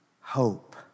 hope